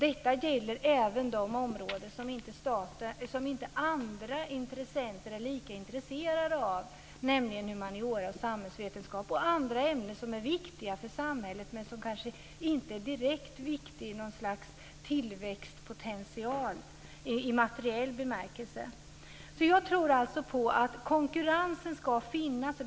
Detta gäller även de områden som andra intressenter inte är lika intresserade av, nämligen humaniora och samhällsvetenskap samt andra ämnen som är viktiga för samhället men som kanske inte direkt är viktiga i fråga om ett slags tillväxtpotential i materiell bemärkelse. Jag tror alltså på att det ska finnas konkurrens.